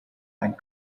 and